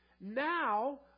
Now